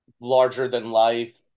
larger-than-life